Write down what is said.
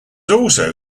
also